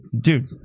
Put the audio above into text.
dude